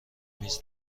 میز